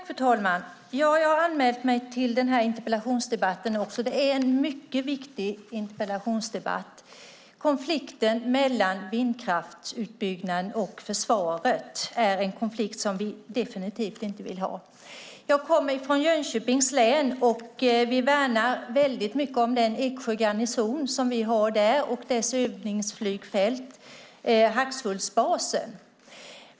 Fru talman! Jag anmälde mig till den här interpellationsdebatten eftersom den är mycket viktig. Konflikten mellan vindkraftsutbyggnaden och försvaret är en konflikt som vi definitivt inte vill ha. Jag kommer från Jönköpings län. Vi värnar väldigt mycket om Eksjö garnison där och om dess övningsflygfält Hagshultsbasen.